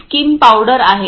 ही skimmed powder आहे